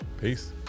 peace